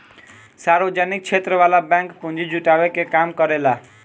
सार्वजनिक क्षेत्र वाला बैंक पूंजी जुटावे के काम करेला